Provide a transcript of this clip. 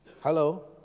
Hello